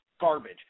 garbage